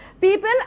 people